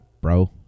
bro